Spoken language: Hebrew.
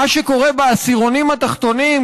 מה שקורה בעשירונים התחתונים,